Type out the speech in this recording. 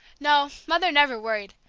no, mother never worried,